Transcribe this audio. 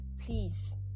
Please